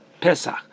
Pesach